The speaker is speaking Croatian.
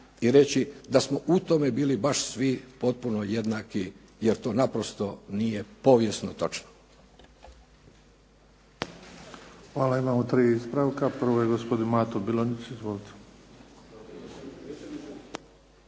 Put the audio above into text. i reći da smo u tome bili baš svi potpuno jednaki jer to naprosto nije povijesno točno.